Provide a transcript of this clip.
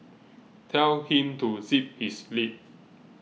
tell him to zip his lip